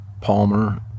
palmer